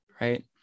right